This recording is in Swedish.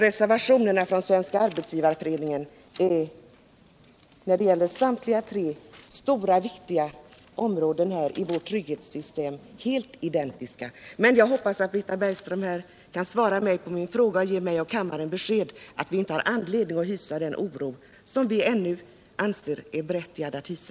Reservationerna från Svenska arbetsgivareföreningen är när det gäller samtliga dessa tre stora viktiga områden i vårt trygghetssystem alltså helt identiska. Jag hoppas att Britta Bergström kan svara mig på min fråga och ge mig och kammarens ledamöter besked om jag har anledning till den oro som jag ännu anser mig berättigad att hysa.